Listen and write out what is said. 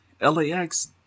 LAX